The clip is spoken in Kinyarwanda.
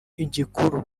igikuru